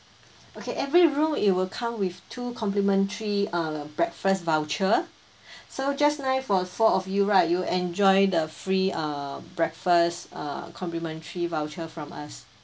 okay every room it will come with two complimentary err breakfast voucher so just nice for four of you right you enjoy the free err breakfast err complimentary voucher from us